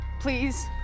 Please